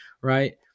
right